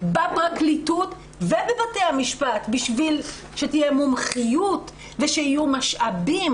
בפרקליטות ובבתי המשפט בשביל שתהיה מומחיות ושיהיו משאבים